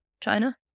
China